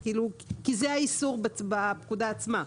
כי זה האיסור בפקודה עצמה.